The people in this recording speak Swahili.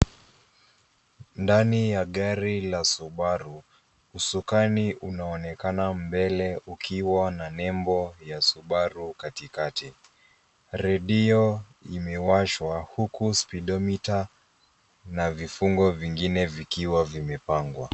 Ndani ya gari ya Subaru, husukani unaonekana mbele ukiwa na nebo ya Subaru katikati .Redio imewashwa huku spidomita na vifungo vingine vikiwa vimepangwa.